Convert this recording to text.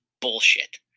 bullshit